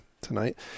tonight